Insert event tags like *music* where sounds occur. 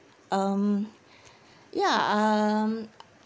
um *breath* ya um